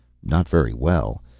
not very well.